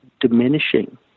diminishing